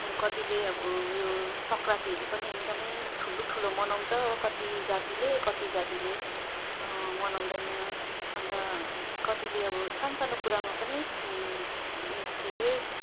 कतिले अब यो सङ्क्रान्तिहरू पनि एकदमै ठुलो ठुलो मनाउँछ कति जातिले कति जातिले मनाउँदैन अन्त कतिले अब सानो सानो कुरामा पनि के रे